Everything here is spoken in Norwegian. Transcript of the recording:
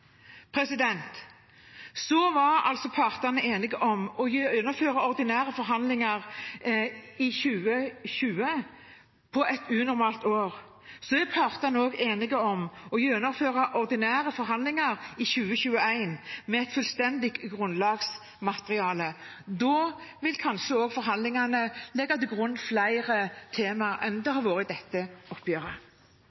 var altså enige om å gjennomføre ordinære forhandlinger i 2020 i et unormalt år. Partene er også enige om å gjennomføre ordinære forhandlinger i 2021, med et fullstendig grunnlagsmateriale. Da vil kanskje også forhandlingene legge til grunn flere tema enn det